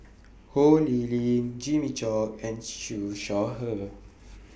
Ho Lee Ling Jimmy Chok and Siew Shaw Her